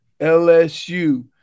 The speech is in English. LSU